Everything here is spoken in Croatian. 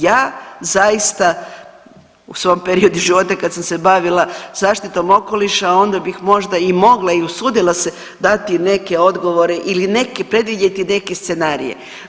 Ja zaista u svom periodu života kad sam se bavila zaštitom okoliša onda bih možda i mogla i usudila se dati neke odgovore ili predvidjeti neke scenarije.